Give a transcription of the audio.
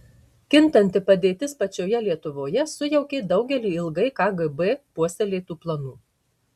kintanti padėtis pačioje lietuvoje sujaukė daugelį ilgai kgb puoselėtų planų